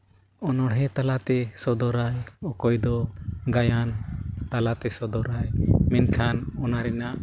ᱚᱱᱚᱲᱦᱮᱸ ᱛᱟᱞᱟᱛᱮ ᱥᱚᱫᱚᱨᱟᱭ ᱚᱠᱚᱭ ᱫᱚ ᱜᱟᱭᱟᱱ ᱛᱟᱞᱟᱛᱮ ᱥᱚᱫᱚᱨᱟᱭ ᱢᱮᱱᱠᱷᱟᱱ ᱚᱱᱟ ᱨᱮᱱᱟᱜ